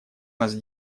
нас